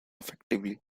effectively